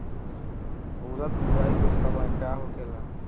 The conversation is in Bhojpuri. उरद बुआई के समय का होखेला?